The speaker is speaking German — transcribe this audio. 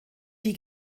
die